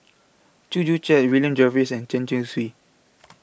Chew Joo Chiat William Jervois and Chen Chong Swee